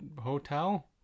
hotel